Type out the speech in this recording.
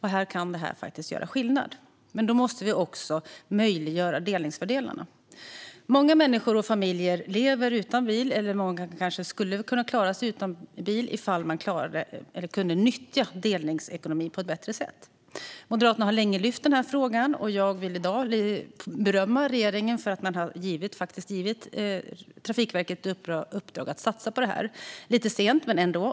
Här kan detta göra skillnad, men då måste vi möjliggöra delningsfördelarna. Många människor och familjer skulle kunna klara sig utan bil om de kunde nyttja delningsekonomin på ett bättre sätt. Moderaterna har länge lyft upp denna fråga, och jag vill i dag berömma regeringen för att man faktiskt har gett Trafikverket i uppdrag att satsa på detta - lite sent men ändå.